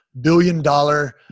billion-dollar